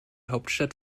hauptstadt